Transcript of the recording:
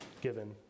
given